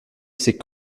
ces